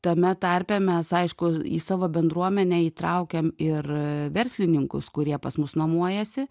tame tarpe mes aišku į savo bendruomenę įtraukiam ir verslininkus kurie pas mus nuomuojasi